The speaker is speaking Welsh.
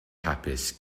hapus